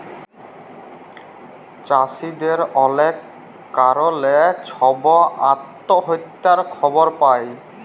চাষীদের অলেক কারলে ছব আত্যহত্যার খবর পায়